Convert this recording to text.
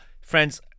Friends